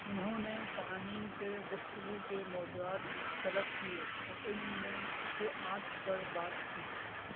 انہوں نے سامعین سے گفتگو کے موضوعات طلب کیے اور ان میں سے آٹھ پر بات کی